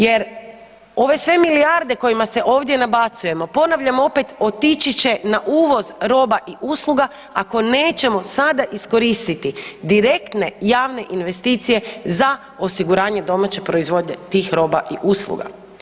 Jer ove sve milijarde kojima se ovdje nabacujemo, ponavljam opet, otići će na uvoz roba i usluga, ako nećemo sada iskoristiti direktne javne investicije za osiguranje domaće proizvodnje tih roba i usluga.